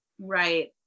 Right